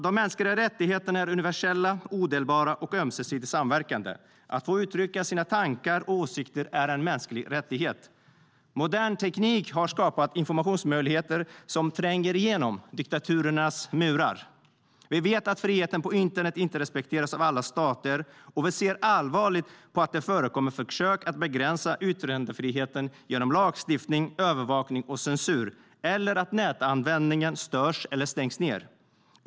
De mänskliga rättigheterna är universella, odelbara och ömsesidigt samverkande. Att få uttrycka sina tankar och åsikter är en mänsklig rättighet. Modern teknik har skapat informationsmöjligheter som tränger igenom diktaturernas murar. Vi vet att friheten på internet inte respekteras av alla stater, och vi ser allvarligt på att det förekommer försök att begränsa yttrandefriheten genom lagstiftning, övervakning och censur eller att nätanvändning störs eller stängs ned.